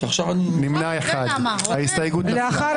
ההסתייגות נפלה.